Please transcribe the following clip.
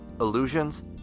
illusions